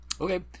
okay